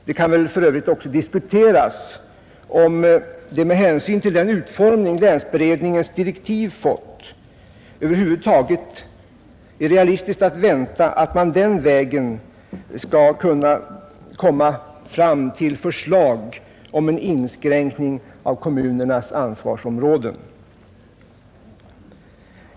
Det kan väl för övrigt också diskuteras, om det med hänsyn till den utformning länsberedningens direktiv fått över huvud taget är realistiskt att vänta att man den vägen skall kunna komma fram till förslag om en inskränkning av kommunernas ansvarsområde.